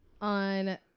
On